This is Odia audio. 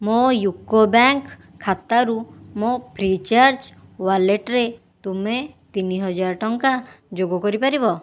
ମୋ' ୟୁକୋ ବ୍ୟାଙ୍କ ଖାତାରୁ ମୋ ଫ୍ରି'ଚାର୍ଜ୍ ୱାଲେଟରେ ତୁମେ ତିନି ହଜାର ଟଙ୍କା ଯୋଗ କରିପାରିବ